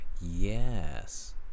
Yes